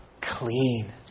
clean